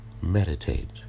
meditate